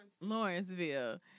Lawrenceville